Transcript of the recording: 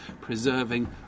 preserving